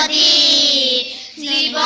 ah e e but